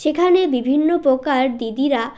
সেখানে বিভিন্ন প্রকার দিদিরা